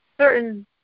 certain